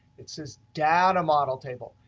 it says data model table.